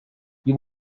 you